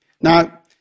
Now